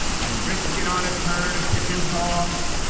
and risk it on a turn of pitch and toss,